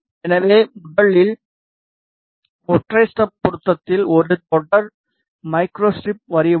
எனவே முதலில் ஒற்றை ஸ்டப் பொருத்தத்தில் ஒரு தொடர் மைக்ரோஸ்ட்ரிப் வரி உள்ளது